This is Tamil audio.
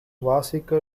வாசிக்க